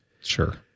Sure